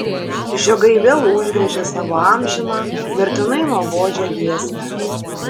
žiogai vėl užgriežė savo amžiną mirtinai nuobodžią giesmę